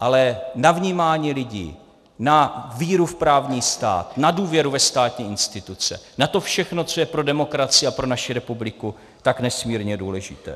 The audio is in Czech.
ale na vnímání lidí, na víru v právní stát, na důvěru ve státní instituce, na to všechno, co je pro demokracii a pro naši republiku tak nesmírně důležité.